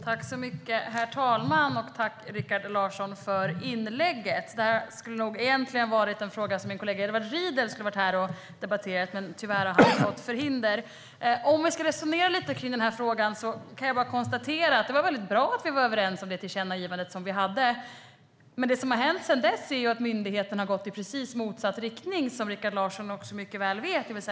Herr talman! Jag tackar Rikard Larsson för inlägget. Det här är en fråga som egentligen min kollega Edward Riedl skulle ha varit här och debatterat, men tyvärr har han fått förhinder. Om vi ska resonera lite kring den här frågan kan jag konstatera att det var väldigt bra att vi var överens om det tillkännagivande som vi hade. Men det som har hänt sedan dess är att myndigheten har gått i precis motsatt riktning, vilket Rikard Larsson också mycket väl vet.